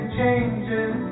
changes